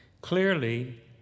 CLEARLY